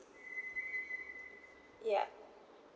ya